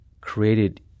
created